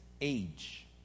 age